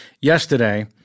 yesterday